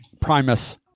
primus